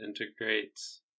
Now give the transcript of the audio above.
integrates